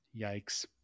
yikes